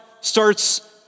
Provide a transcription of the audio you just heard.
starts